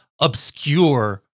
obscure